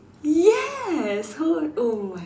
yes how oh my